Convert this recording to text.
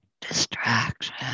distraction